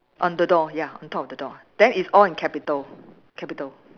on the door ya on top of the door then it's all in capital capital